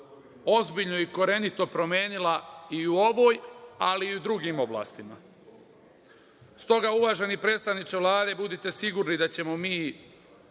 ozbiljno i korenito promenila i u ovoj, ali i u drugim oblastima. Stoga, uvaženi predstavniče Vlade budite sigurni da ćemo mi